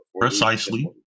Precisely